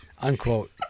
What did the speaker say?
Unquote